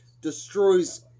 destroys